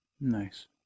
Nice